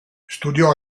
studiò